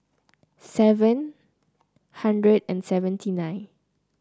seven hundred and seventy nine